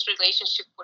relationship